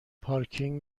پارکینگ